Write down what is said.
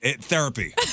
Therapy